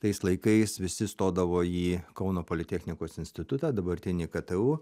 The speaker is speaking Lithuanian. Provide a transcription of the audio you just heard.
tais laikais visi stodavo į kauno politechnikos institutą dabartinį ktu